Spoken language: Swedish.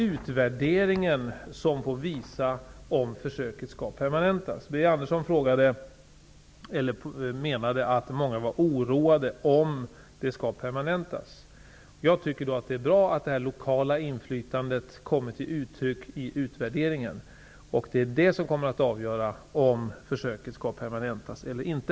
Utvärderingen får sedan visa om försöksverksamheten skall permanentas. Birger Andersson påstod att många var oroade för att verksamheten skulle permanentas. Jag tycker att det är bra att det lokala inflytandet kommer till uttryck vid utvärderingen. Det är det som kommer att avgöra om försöksverksamheten skall permanentas eller inte.